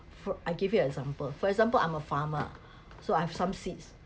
f~ I give you example for example I'm a farmer so I've some seeds